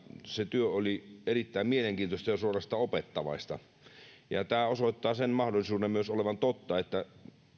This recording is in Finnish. se työ oli erittäin mielenkiintoista ja suorastaan opettavaista tämä osoittaa sen mahdollisuuden myös olevan totta että